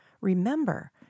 remember